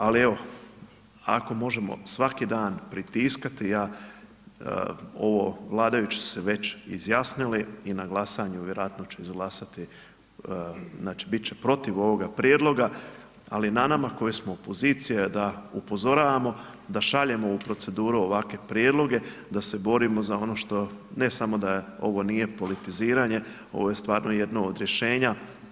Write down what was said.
Ali evo ako možemo svaki dan pritiskati ovo, vladajući su se već izjasnili i na glasanju vjerojatno će izglasati, znači biti će protiv ovoga prijedloga ali na nama koji smo opozicija je da upozoravamo, da šaljemo u proceduru ovakve prijedloge, da se borimo za ono što ne samo da ovo nije politiziranje, ovo je stvarno jedno od rješenja.